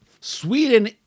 Sweden